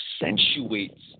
accentuates